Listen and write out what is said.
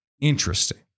interesting